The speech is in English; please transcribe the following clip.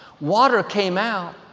water came out,